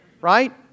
Right